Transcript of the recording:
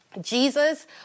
Jesus